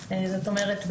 זאת אומרת,